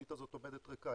והתשתית הזאת עובדת ריקה.